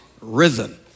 risen